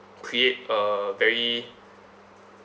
create a very